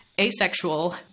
asexual